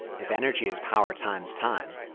if energy is power times time,